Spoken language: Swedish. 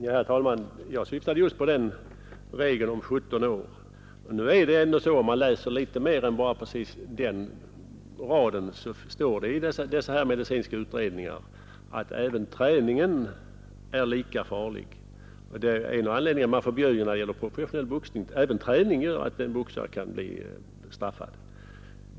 Herr talman! Jag syftade just på regeln om 17 år. Men dessa medicinska utredningar innehåller inte bara den raden där man tar upp den regeln, utan där står också att träningen är lika farlig. Det är en av anledningarna till att man förbjöd också träning när det gäller professionell boxning. En boxare kan bli straffad även för träning.